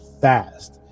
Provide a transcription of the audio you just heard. fast